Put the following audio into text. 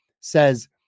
says